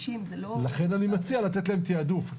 60. לכן אני מציע לתת להם תיעדוף,